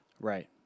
Right